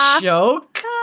joke